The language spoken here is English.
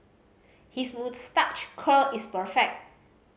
his moustache curl is perfect